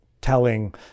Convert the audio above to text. telling